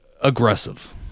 aggressive